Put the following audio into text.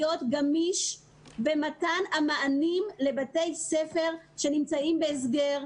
גמיש במתן מענים לבתי ספר שנמצאים בהסגר,